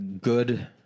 good